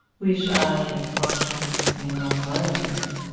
which i in conscience may not violate,